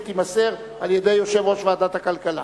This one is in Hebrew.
שתימסר על-ידי יושב-ראש ועדת הכלכלה,